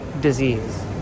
disease